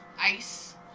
ice